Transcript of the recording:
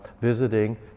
visiting